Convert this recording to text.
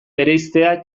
bereiztea